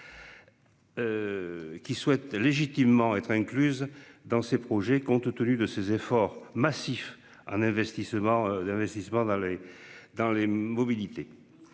Qui souhaitent légitimement être incluse dans ses projets compte tenu de ses efforts massifs, un investissement d'investissements